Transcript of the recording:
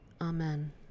Amen